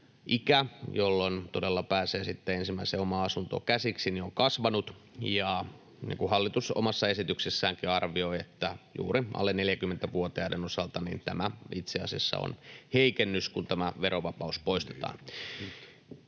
jolloin todella pääsee sitten ensimmäiseen omaan asuntoon käsiksi, on kasvanut, ja niin kuin hallitus omassa esityksessäänkin arvioi, juuri alle 40-vuotiaiden osalta tämä itse asiassa on heikennys, kun tämä verovapaus poistetaan.